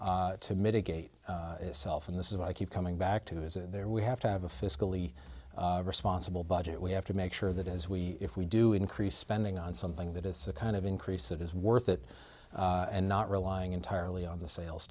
do to mitigate itself and this is what i keep coming back to is we have to have a fiscally responsible budget we have to make sure that as we if we do increase spending on something that is the kind of increase that is worth it and not relying entirely on the sales